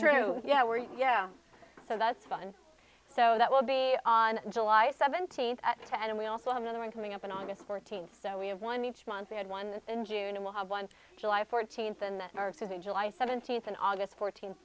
true yeah we're yeah so that's fun so that will be on july seventeenth at ten and we also have another one coming up on august fourteenth so we have one each month we had one in june and we'll have one july fourteenth and the nurses in july seventeenth and august fourteenth